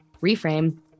Reframe